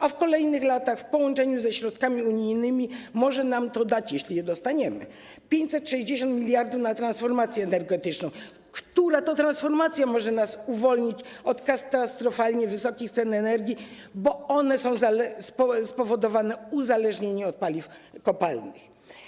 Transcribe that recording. A w kolejnych latach, w połączeniu ze środkami unijnymi, może nam to dać - jeśli je dostaniemy - 560 mld na transformację energetyczną która to transformacja może nas uwolnić od katastrofalnie wysokich cen energii, bo one są spowodowane uzależnieniem od paliw kopalnych.